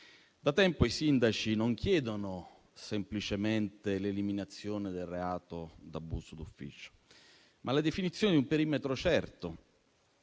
Da tempo i sindaci chiedono non semplicemente l'eliminazione del reato dell'abuso d'ufficio, ma la definizione di un perimetro certo.